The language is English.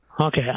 Okay